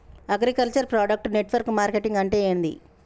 Agriculture product network marketing అంటే ఏంది?